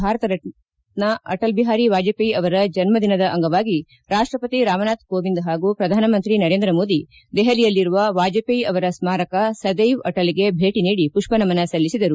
ಭಾರತ ರತ್ನ ಅಟಲ್ ಬಿಹಾರಿ ವಾಜಪೇಯಿ ಅವರ ಜನ್ಜದ ದಿನದ ಅಂಗವಾಗಿ ರಾಷ್ಷಪತಿ ರಾಮನಾಥ್ ಕೋವಿಂದ್ ಹಾಗೂ ಪ್ರಧಾನ ಮಂತ್ರಿ ನರೇಂದ್ರ ಮೋದಿ ದೆಹಲಿಯಲ್ಲಿರುವ ವಾಜಪೇಯಿ ಅವರ ಸ್ನಾರಕ ಸದ್ವೆವ್ ಅಟಲ್ಗೆ ಭೇಟಿ ನೀಡಿ ಮಷ್ಪ ನಮನ ಸಲ್ಲಿಸಿದರು